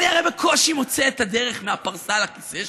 אני הרי בקושי מוצא את הדרך מהפרסה לכיסא שלי.